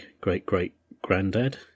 great-great-granddad